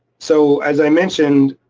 so as i mentioned,